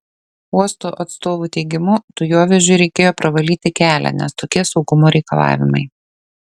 uosto atstovų teigimu dujovežiui reikėjo pravalyti kelią nes tokie saugumo reikalavimai